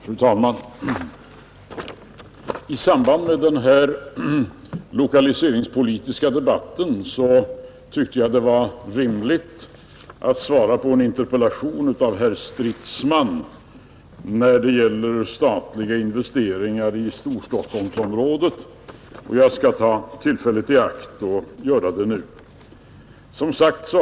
Fru talman! I samband med den här lokaliseringspolitiska debatten tyckte jag det var rimligt att svara på en interpellation av herr Stridsman angående statliga investeringar i Storstockholmsområdet, och jag skall ta tillfället i akt att göra det nu.